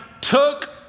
took